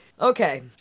Okay